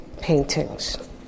paintings